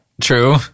true